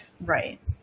right